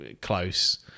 close